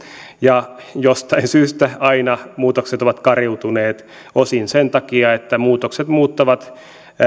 ja jostain syystä aina muutokset ovat kariutuneet osin sen takia että muutokset muuttavat